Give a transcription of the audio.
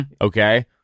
okay